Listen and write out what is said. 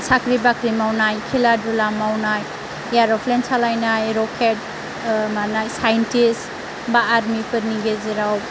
साख्रि बाख्रि मावनाय खेला धुला मावनाय एयारप्लेन सालायनाय रकेट मानाय साइन्टिस्ट बा आर्मिफोरनि गेजेराव